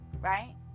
right